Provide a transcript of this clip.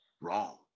Wrong